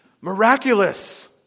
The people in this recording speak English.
Miraculous